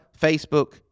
Facebook